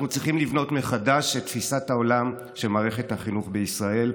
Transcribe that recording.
אנחנו צריכים לבנות מחדש את תפיסת העולם של מערכת החינוך בישראל.